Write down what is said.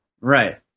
Right